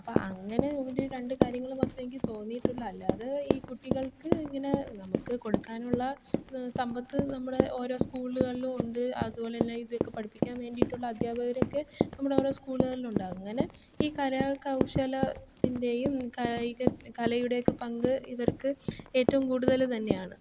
അപ്പോൾ അങ്ങനെ ഒര് രണ്ട് കാര്യങ്ങള് മാത്രമെ എനിക്ക് തോന്നിയിട്ടുള്ളൂ അല്ലാതെ ഈ കുട്ടികൾക്ക് ഇങ്ങനെ നമുക്ക് കൊടുക്കാനുള്ള സമ്പത്ത് നമ്മുടെ ഓരോ സ്കൂളുകളിലും ഉണ്ട് അതുപോലെതന്നെ ഇതൊക്കെ പഠിപ്പിക്കാൻ വേണ്ടിയിട്ടുള്ള അദ്ധ്യാപകരൊക്കെ നമ്മുടെ ഓരോ സ്കൂളുകളിലുണ്ടാകും അങ്ങനെ ഈ കരകൗശലത്തിൻ്റെയും കായിക കലയുടെയൊക്കെ പങ്ക് ഇവർക്ക് ഏറ്റവും കൂടുതല് തന്നെയാണ്